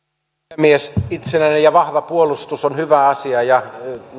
puhemies itsenäinen ja vahva puolustus on hyvä asia ja